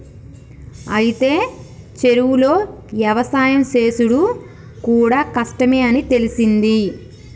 అయితే చెరువులో యవసాయం సేసుడు కూడా కష్టమే అని తెలిసింది